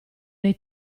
nei